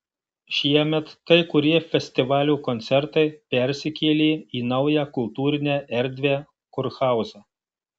šiemet kai kurie festivalio koncertai persikėlė į naują kultūrinę erdvę kurhauzą